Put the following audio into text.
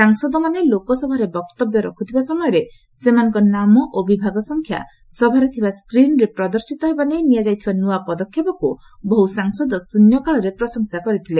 ସାଂସଦମାନେ ଲୋକସଭାରେ ବକ୍ତବ୍ୟ ରଖ୍ରଥିବା ସମୟରେ ସେମାନଙ୍କ ନାମ ଓ ସଂଖ୍ୟା ସଭାରେ ଥିବା ସ୍କ୍ରିନ୍ରେ ପ୍ରଦର୍ଶିତ ହେବା ନେଇ ନିଆଯାଇଥିବା ନ୍ତଆ ପଦକ୍ଷେପକୁ ବହୁ ସାଂସଦ ଶ୍ରନ୍ୟକାଳରେ ପ୍ରଶଂସା କରିଥିଲେ